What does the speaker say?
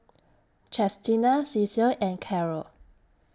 Chestina Cecil and Carole